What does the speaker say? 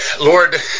Lord